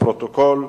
לפרוטוקול.